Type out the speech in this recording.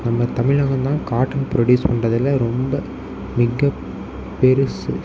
நம்ம தமிழகம் தான் cotton produce பண்ணுறதுல ரொம்ப மிக பெருசு